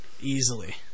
easily